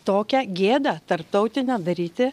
tokią gėdą tarptautinę daryti